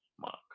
Mark